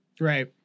Right